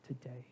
today